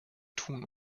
tun